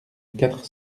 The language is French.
quatre